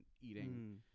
eating